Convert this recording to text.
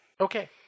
Okay